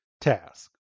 task